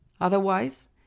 Otherwise